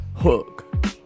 Hook